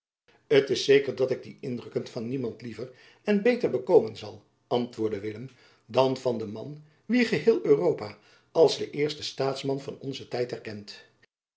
t is zeker dat ik die indrukken van niemand liever en beter bekomen zal antwoordde willem dan van den man wien geheel europa als den eersten staatsman van onzen tijd erkent